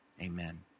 amen